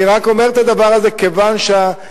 אני רק אומר את הדבר הזה כיוון שהניסיון